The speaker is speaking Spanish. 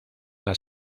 las